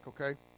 okay